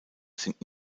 sind